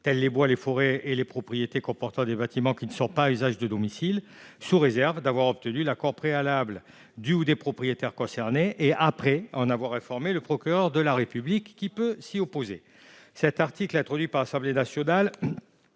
comme les bois, les forêts et les propriétés comportant des bâtiments qui ne sont pas à usage de domicile, sous réserve d'avoir obtenu l'accord préalable du ou des propriétaires concernés, et après information du procureur de la République, qui peut s'y opposer. L'article, introduit par l'Assemblée nationale,